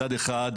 מצד אחד,